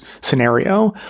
scenario